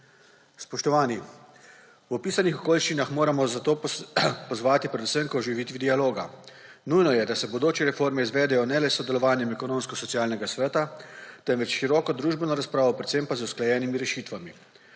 Spoštovani, v opisanih okoliščinah moramo zato pozvati predvsem k oživitvi dialoga. Nujno je, da se v bodoči reformi izvedejo ne le s sodelovanjem Ekonomsko-socialnega sveta, temveč s široko družbeno razpravo, predvsem pa z usklajenimi rešitvami.